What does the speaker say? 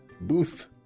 Booth